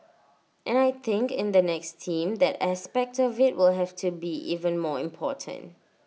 and I think in the next team that aspect of IT will have to be even more important